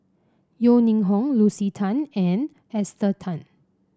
Yeo Ning Hong Lucy Tan and Esther Tan